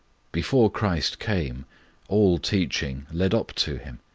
before christ came all teaching led up to him.